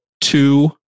two